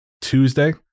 Tuesday